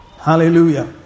Hallelujah